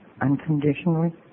unconditionally